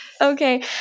Okay